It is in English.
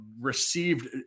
received